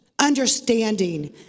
Understanding